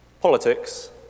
politics